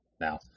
now